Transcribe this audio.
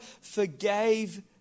forgave